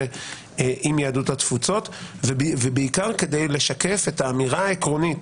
עם יהדות התפוצות ובעיקר כדי לשקף את האמירה העקרונית